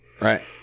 right